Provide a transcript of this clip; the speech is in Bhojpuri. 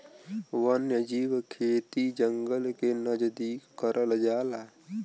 वन्यजीव खेती जंगल के नजदीक करल जाला